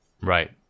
Right